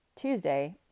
Tuesday